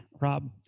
Rob